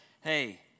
hey